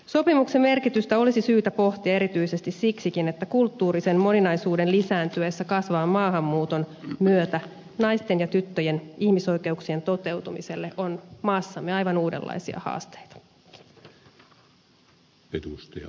sopimuksen merkitystä olisi syytä pohtia erityisesti siksikin että kulttuurisen moninaisuuden lisääntyessä kasvavan maahanmuuton myötä naisten ja tyttöjen ihmisoikeuksien toteutumiselle on maassamme aivan uudenlaisia haasteita